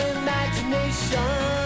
imagination